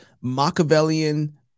Machiavellian